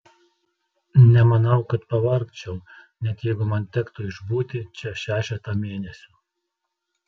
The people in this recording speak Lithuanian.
nemanau kad pavargčiau net jeigu man tektų išbūti čia šešetą mėnesių